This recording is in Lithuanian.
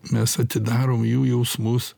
mes atidarom jų jausmus